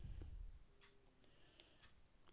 हमर अकौंटवा से पैसा कट हई त मैसेजवा काहे न आव है?